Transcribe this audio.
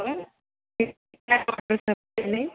hello Shri Sai water supplier అండి